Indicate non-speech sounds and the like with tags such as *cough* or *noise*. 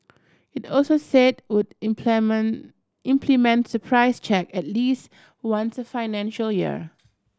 it also said would *unintelligible* implement surprise check at least once a financial year